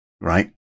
right